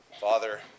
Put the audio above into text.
Father